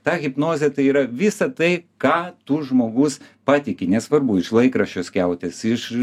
ta hipnozė tai yra visa tai ką tu žmogus patiki nesvarbu iš laikraščio skiautės iš